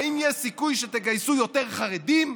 האם יש סיכוי שתגייסו יותר חרדים?